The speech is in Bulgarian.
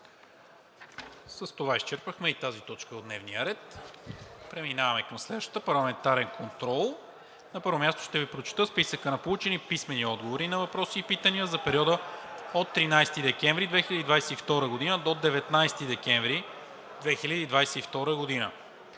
С това изчерпахме и тази точка от дневния ред. Преминаваме към следващата: ПАРЛАМЕНТАРЕН КОНТРОЛ. На първо място ще Ви прочета списъка на получени писмени отговори на въпроси и питания за периода от 13 декември 2022 г. до 19 декември 2022 г.